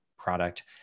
product